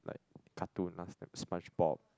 like cartoon last time Spongebob